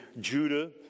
Judah